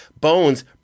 bones